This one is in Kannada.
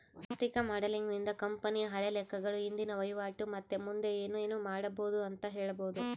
ಆರ್ಥಿಕ ಮಾಡೆಲಿಂಗ್ ನಿಂದ ಕಂಪನಿಯ ಹಳೆ ಲೆಕ್ಕಗಳು, ಇಂದಿನ ವಹಿವಾಟು ಮತ್ತೆ ಮುಂದೆ ಏನೆನು ಮಾಡಬೊದು ಅಂತ ಹೇಳಬೊದು